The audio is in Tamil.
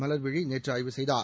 மலர்விழி நேற்று ஆய்வு செய்தார்